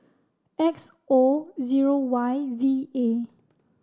X O zero Y V A